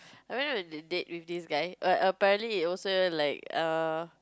I went out on a date with this guy like apparently it wasn't like err